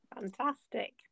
Fantastic